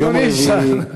אדוני ישאל.